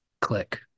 click